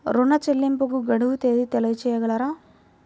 ఋణ చెల్లింపుకు గడువు తేదీ తెలియచేయగలరా?